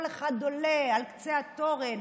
כל אחד עולה על קצה התורן,